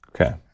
Okay